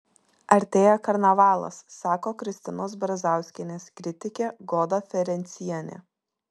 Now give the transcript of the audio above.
artėja karnavalas sako kristinos brazauskienės kritikė goda ferencienė